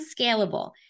scalable